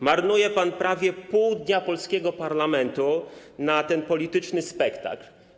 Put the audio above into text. Marnuje pan prawie pół dnia polskiego parlamentu na ten polityczny spektakl.